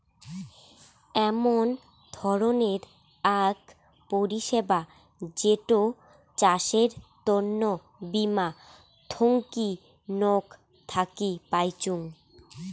এমন ধরণের আক পরিষেবা যেটো চাষের তন্ন বীমা থোঙনি নক থাকি পাইচুঙ